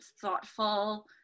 thoughtful